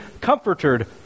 comforted